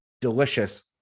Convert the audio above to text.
delicious